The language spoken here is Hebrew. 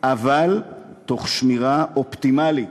אבל תוך שמירה אופטימלית